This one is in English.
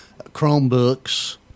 Chromebooks